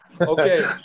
Okay